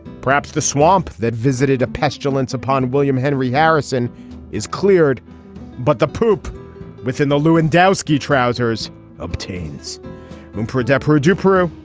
perhaps the swamp that visited a pestilence upon william henry harrison is cleared but the poop within the lewandowski trousers obtains and for depp roger peru.